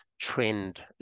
trend